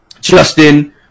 Justin